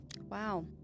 Wow